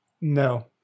No